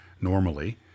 normally